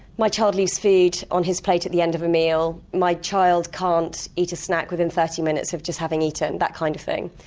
my child leaves food on his plate at the end of a meal, my child can't eat a snack within thirty minutes of just having eaten that kind of thing.